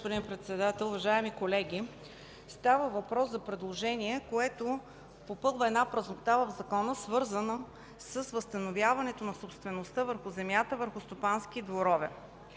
Уважаеми господин Председател, уважаеми колеги! Става въпрос за предложение, което попълва една празнота в Закона, свързана с възстановяването на собствеността върху земята върху стопански дворове.